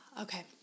Okay